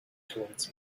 towards